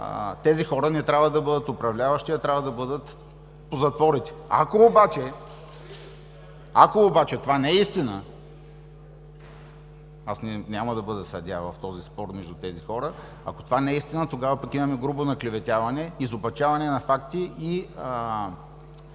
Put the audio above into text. тези хора не трябва да бъдат управляващи, а трябва да бъдат по затворите. Ако обаче това не е истина, аз няма да бъда съдия в този спор между тези хора, ако това не е истина, тогава пък имаме грубо наклеветяване, изопачаване на факти и